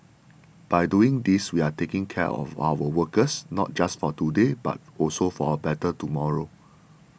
by doing these we are taking care of our workers not just for today but also for a better tomorrow